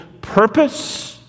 purpose